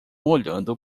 olhando